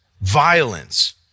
violence